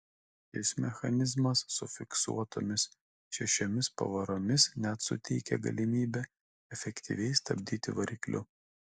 šis mechanizmas su fiksuotomis šešiomis pavaromis net suteikė galimybę efektyviai stabdyti varikliu